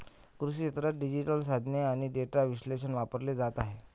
कृषी क्षेत्रात डिजिटल साधने आणि डेटा विश्लेषण वापरले जात आहे